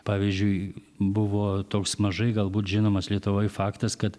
pavyzdžiui buvo toks mažai galbūt žinomas lietuvoj faktas kad